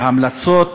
וההמלצות